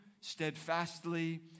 steadfastly